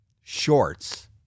shorts